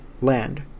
land